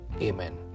Amen